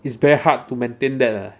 it's very hard to maintain that uh